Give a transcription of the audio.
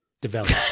Develop